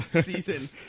season